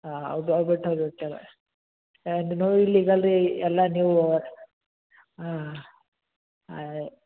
ಹಾಂ ಎಲ್ಲ ನೀವು ಹಾಂ ಹಾಂ